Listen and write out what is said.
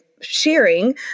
sharing